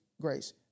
grace